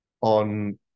on